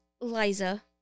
Liza